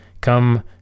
come